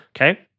Okay